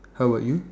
how about you